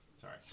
Sorry